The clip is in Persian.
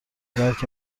درک